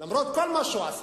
למרות כל מה שהוא עשה,